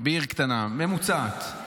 בעיר קטנה, ממוצעת.